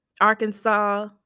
Arkansas